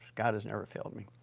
god has never failed me.